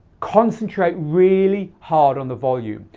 concentrate really hard on the volume.